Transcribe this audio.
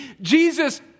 Jesus